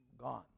gone